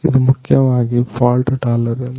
ಇದು ಮುಖ್ಯವಾಗಿ fault tolerance